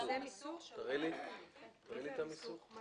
המיסוך זה